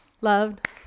loved